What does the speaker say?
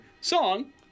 song